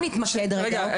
בואו נתמקד רגע,